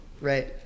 right